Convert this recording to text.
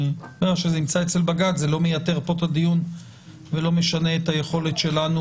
כשזה נמצא אצל בג"ץ זה לא מייתר פה את הדיון ולא משנה את היכולת שלנו